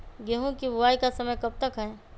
गेंहू की बुवाई का समय कब तक है?